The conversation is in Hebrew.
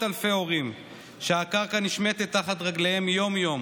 אלפי הורים שהקרקע נשמטת תחת רגליהם יום-יום,